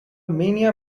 mania